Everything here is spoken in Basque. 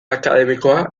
akademikoa